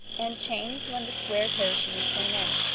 and changed when the square-toe shoes came in.